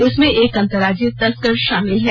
इसमें एक अंतर्राज्यीय तस्कर शामिल है